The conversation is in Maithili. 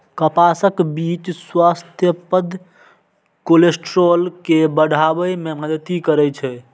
कपासक बीच स्वास्थ्यप्रद कोलेस्ट्रॉल के बढ़ाबै मे मदति करै छै